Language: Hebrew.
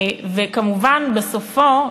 וכמובן בסופו,